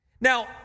Now